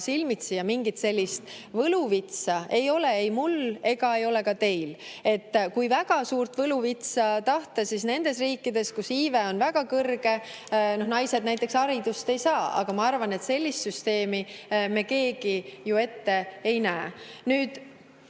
silmitsi ja mingit võluvitsa ei ole ei mul ega ole ka teil. Kui tahta väga suurt võluvitsa, siis võib öelda, et nendes riikides, kus iive on väga kõrge, naised näiteks haridust ei saa. Aga ma arvan, et sellist süsteemi me keegi ju ette ei näe. Nüüd